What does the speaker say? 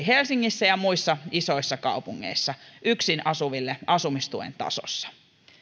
helsingissä ja muissa isoissa kaupungeissa yksin asuville asumistuen tasossa